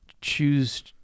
choose